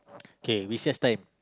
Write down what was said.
kay recess time